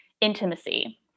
intimacy